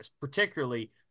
particularly